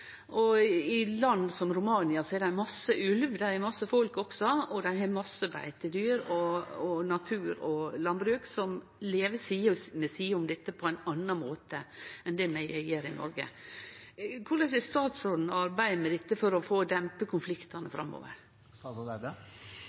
I land som Romania har dei mykje ulv, dei har mange folk, og dei har mykje beitedyr. Natur og landbruk lever side ved side på ein annan måte enn det det gjer i Noreg. Korleis vil statsråden arbeide med dette for å dempe konfliktane